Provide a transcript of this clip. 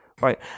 right